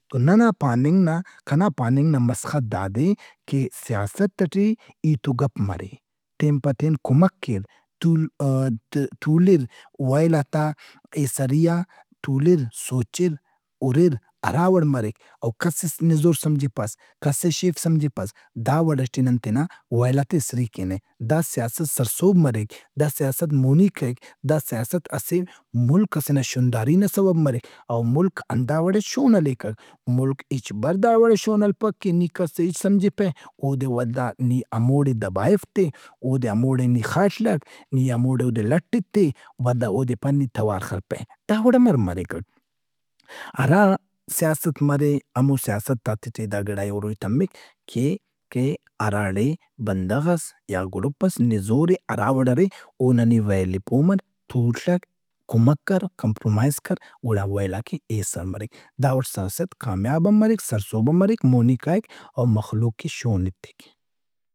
تو ننا پاننگ نا، کنا پاننگ نا مسخت داداے کہ سیاست ئٹے ہیت و گپ مرے۔ تین پتین کمک کیر۔ تُول- ا- تُولِر ویلات آ ایسری آ تُولِر، سوچِر، ہُرِر اراواوَڑ مریک او کسس نزور سمجھپس، کسس شیف سمجھپس۔ داوڑئٹے نن تینا ویلات ئے ایسری کینہ۔ دا سیاست سرسہب مریک۔ دا سیاست مونی کائک۔ دا سیاست اسہ ملک ئسے ن شونداری نا سوب مریک او ملک ہندا وڑئے شون ہلیکک۔ ملک ہچ بر داوڑئے شون ہلپک کہ نی کس ئے ہچ سمجھپہ۔ اودے ولدا نی ہموڑے دبائف تہِ، اودے ہموڑےنی خڷک، نی ہموڑے اودے لٹھ ایتہِ ولدا اودے پا نی توار خلپہ۔ داوڑ امرمریکک۔ ہرا سیاست مرے ہمو سیاستاتے ٹے دا گڑا ئے ہُروئی تمک کہ کہ اراڑے بندغس یا گروپس نزور اے، ہراوڑ ارے، اونا نی ویل ئے پو مر، تُوڷک، کمک کر، کمپرومائز کرگڑا ویلاک ئے ایسر مریک۔ داوڑ سیاست کامیاب ہم مریک، سرسہب ہم مریک، مونی کائک اومخلوق ئے شون ایتک۔